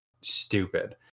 stupid